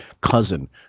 cousin